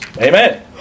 amen